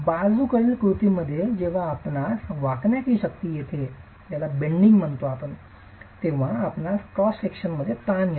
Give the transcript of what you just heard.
बाजूकडील कृतीमुळे जेव्हा आपणास वाकण्याची शक्ती येते तेव्हा आपणास क्रॉस विभागात ताण येतो